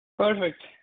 Perfect